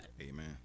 Amen